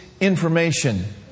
information